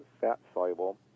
fat-soluble